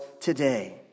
today